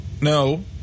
no